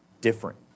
different